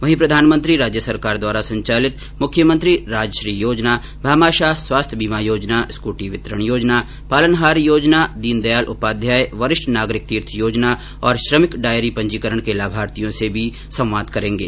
वहीं प्रधानमंत्री राज्य सरकार द्वारा संचालित मुख्यमंत्री राजश्री योजना भामाशाह स्वास्थ्य बीमा योजना स्कूटी वितरण योजना पालनहार योजना दीनदयाल उपाध्याय वरिष्ठ नागरिक तीर्थयात्रा योजना और श्रमिक डायरी पंजीकरण के लाभार्थियों से भी संवाद करेंगे